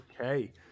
okay